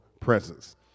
presence